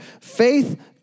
Faith